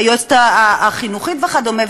היועצת החינוכית וכדומה,